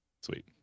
Sweet